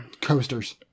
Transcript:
coasters